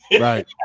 Right